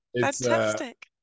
fantastic